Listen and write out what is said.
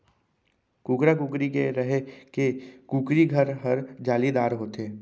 कुकरा, कुकरी के रहें के कुकरी घर हर जालीदार होथे